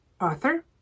author